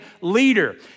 leader